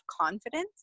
confidence